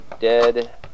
dead